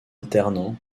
alternant